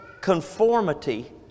conformity